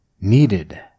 needed